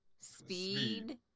Speed